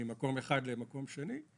ממקום אחד למקום שני.